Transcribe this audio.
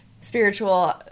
spiritual